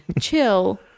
Chill